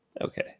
Okay